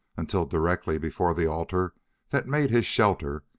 until, directly before the altar that made his shelter,